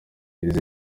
izi